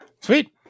sweet